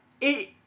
it-